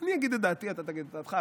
אני אגיד את דעתי, אתה תגיד את דעתך.